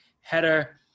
header